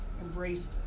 embrace